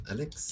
Alex